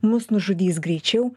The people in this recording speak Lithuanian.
mus nužudys greičiau